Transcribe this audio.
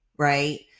Right